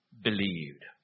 believed